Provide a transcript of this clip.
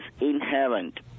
inherent